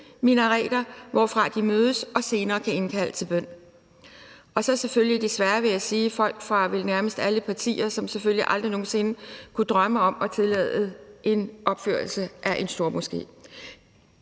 minareter, hvorfra de mødes og senere kan indkalde til bøn, og så selvfølgelig desværre, vil jeg sige, folk fra vel nærmest alle partier, som selvfølgelig aldrig nogen sinde kunne drømme om at tillade en opførelse af en stormoské.